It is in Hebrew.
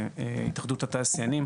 התאחדות התעשיינים.